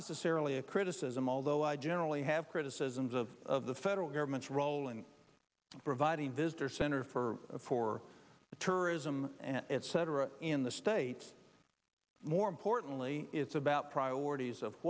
necessarily a criticism although i generally have criticisms of the federal government's role in providing visitor center for for tourism and etc in the states more importantly it's about priorities of